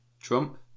Trump